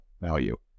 value